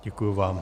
Děkuji vám.